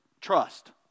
Trust